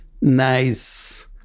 nice